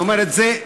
אני אומר את זה,